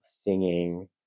singing